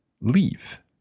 leave